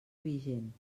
vigent